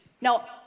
Now